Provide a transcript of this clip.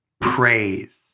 praise